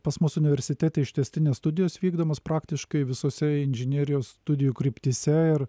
pas mus universitete ištęstinės studijos vykdomos praktiškai visose inžinerijos studijų kryptyse ir